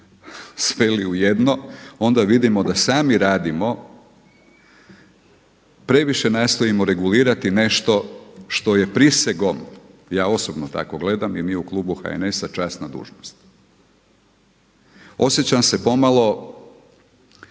sveli u jedno onda vidimo da sami radimo, previše nastojimo regulirati nešto što je prisegom, ja osobno tako gledam i mi u klubu HNS-a časna dužnost. Osjećam se pomalo